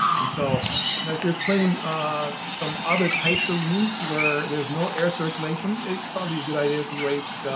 and so now if you're cleaning ah some other types of rooms where there's no air circulation, circulation, it's probably a good idea to wait,